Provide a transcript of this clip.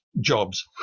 jobs